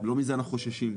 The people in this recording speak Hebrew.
לא מזה אנחנו חוששים.